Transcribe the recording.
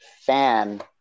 fan